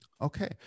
Okay